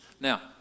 Now